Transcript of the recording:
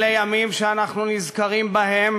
אלה ימים שאנחנו נזכרים בהם